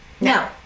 no